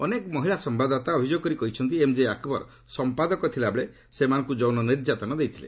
ଅନେକ ମହିଳା ସମ୍ଭାଦଦାତା ଅଭିଯୋଗ କରି କହିଛନ୍ତି ଏମ୍ଜେ ଆକ୍ବର ସମ୍ପାଦକ ଥିଲାବେଳେ ସେମାନଙ୍କୁ ଯୌନ ନିର୍ଯାତନା ଦେଇଥିଲେ